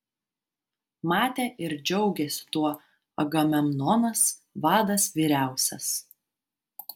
matė ir džiaugėsi tuo agamemnonas vadas vyriausias